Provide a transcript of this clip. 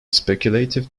speculative